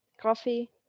coffee